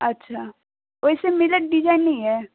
अच्छा ओहिसँ मिलैत डिजाइन नहि अइ